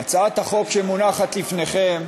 הצעת החוק שמונחת לפניכם